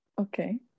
Okay